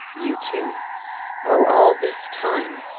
you too oh, all this time,